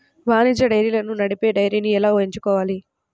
వాణిజ్య డైరీలను నడిపే డైరీని ఎలా ఎంచుకోవాలి?